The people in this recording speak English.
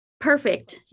Perfect